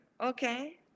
okay